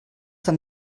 tan